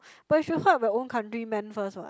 but you should help your own countryman first what